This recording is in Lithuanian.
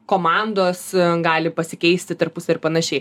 komandos gali pasikeisti tarpusavy ir panašiai